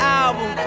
album